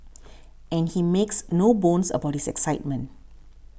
and he makes no bones about his excitement